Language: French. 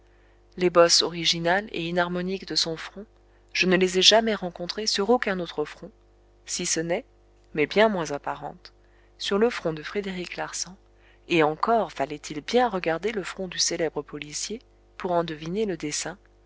les bosses originales et inharmoniques de son front je ne les ai jamais rencontrées sur aucun autre front si ce n'est mais bien moins apparentes sur le front de frédéric larsan et encore fallait-il bien regarder le front du célèbre policier pour en deviner le dessin